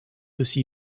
aussi